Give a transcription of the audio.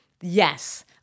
Yes